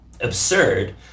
absurd